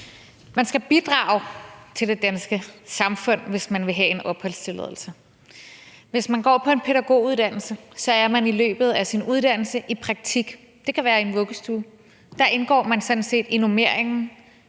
Man skal bidrage til det danske samfund, hvis man vil have en opholdstilladelse. Hvis man går på en pædagoguddannelse, er man i løbet af sin uddannelse i praktik – det kan være i en vuggestue – og der indgår man sådan set i normeringen